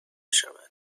شود